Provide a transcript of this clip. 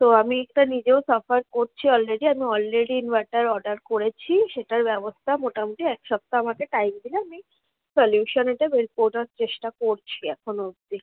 তো আমি এটা নিজেরও সাফার করছি অলরেডি আমি অলরেডি ইনভার্টার অর্ডার করেছি সেটার ব্যবস্থা মোটামুটি এক সপ্তাহ আমাকে টাইম দিলে আমি সলিউশন এটা বের করার চেষ্টা করছি এখনো অবধি